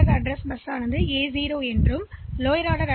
எனவே இந்த பிசி மதிப்பு புதுப்பிக்கப்படுகிறது